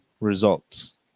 results